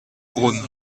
rhône